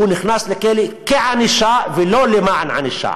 הוא נכנס לכלא כענישה, ולא למען ענישה.